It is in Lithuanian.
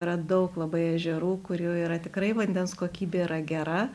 yra daug labai ežerų kurių yra tikrai vandens kokybė yra gera